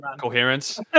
coherence